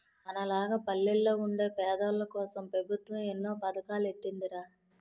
మనలాగ పల్లెల్లో వుండే పేదోల్లకోసం పెబుత్వం ఎన్నో పదకాలెట్టీందిరా